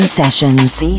sessions